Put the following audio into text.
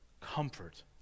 comfort